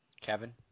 Kevin